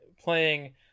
playing